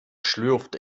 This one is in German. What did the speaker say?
schlürfte